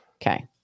Okay